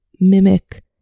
mimic